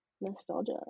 nostalgia